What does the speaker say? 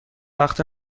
وقت